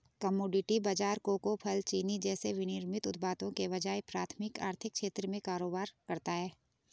commodity बाजार cocoa, फल, चीनी जैसे विनिर्मित उत्पादों के बजाय प्राथमिक आर्थिक क्षेत्र में कारोबार करता है